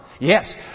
Yes